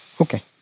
Okay